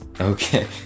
Okay